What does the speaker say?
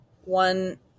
One